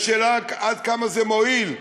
יש שאלה עד כמה זה מועיל,